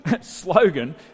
slogan